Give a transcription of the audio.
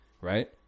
right